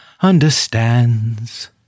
understands